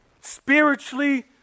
spiritually